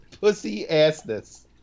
Pussy-assness